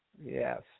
Yes